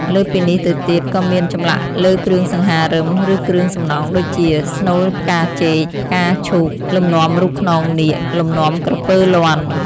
លើសពីនេះទៅទៀតក៏មាន ចម្លាក់លើគ្រឿងសង្ហារឹម ឬគ្រឿងសំណង់ដូចជា ស្នូលផ្កាចេក, ផ្កាឈូក, លំនាំរូបខ្នងនាគ, លំនាំក្រពើលាន់។